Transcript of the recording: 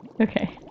Okay